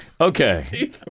Okay